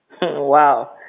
Wow